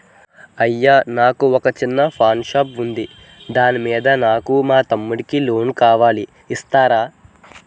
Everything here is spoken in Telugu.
అయ్యా నాకు వొక చిన్న పాన్ షాప్ ఉంది దాని మీద నాకు మా తమ్ముడి కి లోన్ కావాలి ఇస్తారా?